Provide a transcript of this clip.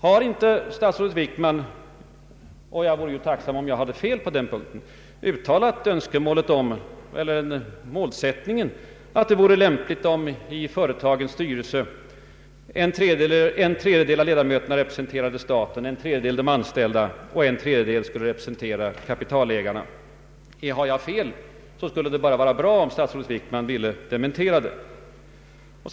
Har för övrigt inte statsrådet Wickman — jag vore tacksam om jag hade fel på den punkten — uttalat målsättningen att i företagens styrelse borde en tredjedel av ledamöterna representera staten, en tredjedel de anställda och en tredjedel kapitalägarna? Har jag fel vore det bra om statsrådet Wickman ville lämna en dementi.